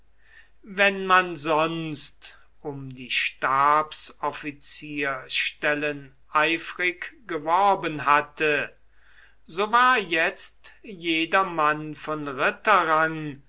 wenn man sonst um die stabsoffizierstellen eifrig geworben hatte so war jetzt jeder mann von